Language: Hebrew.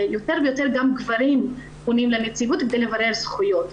שיותר ויותר גברים פונים לנציבות כדי לברר זכויות.